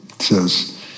says